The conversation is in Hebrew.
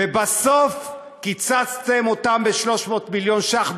ובסוף קיצצתם אותם ב-300 מיליון ש"ח,